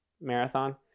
marathon